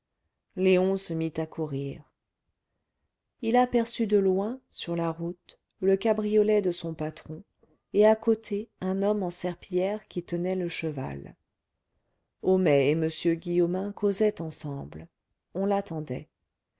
léon se mit à courir il aperçut de loin sur la route le cabriolet de son patron et à côté un homme en serpillière qui tenait le cheval homais et m guillaumin causaient ensemble on l'attendait